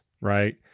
right